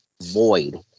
void